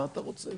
מה אתה רוצה,